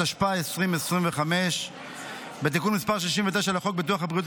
התשפ"ה 2025. בתיקון מס' 69 לחוק ביטוח בריאות